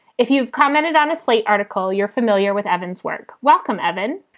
if you've commented on a slate article, you're familiar with evan's work. welcome, evan.